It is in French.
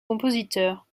compositeur